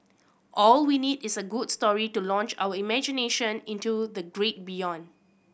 all we need is a good story to launch our imagination into the great beyond